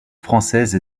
française